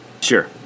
Sure